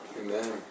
Amen